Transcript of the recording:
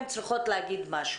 הן צריכות להגיד משהו,